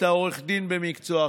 אתה עורך דין במקצועך,